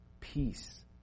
Peace